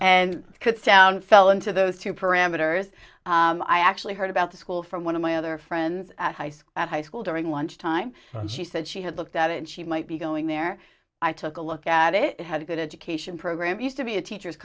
and could sound fell into those two parameters i actually heard about the school from one of my other friends at high school at high school during lunch time and she said she had looked at it she might be going there i took a look at it had a good education program used to be a teacher